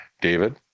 David